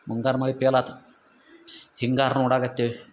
ಮುಂಗಾರು ಮಳೆ ಪೇಲ್ ಆಯ್ತು ಹಿಂಗಾರು ನೋಡಕ್ಕತ್ತೇವೆ